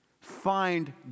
Find